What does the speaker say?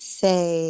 say